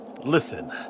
listen